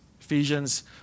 Ephesians